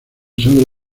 sangre